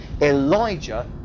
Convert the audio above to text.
Elijah